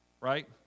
right